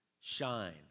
shine